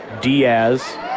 Diaz